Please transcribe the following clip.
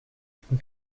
from